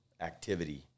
activity